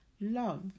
Love